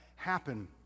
happen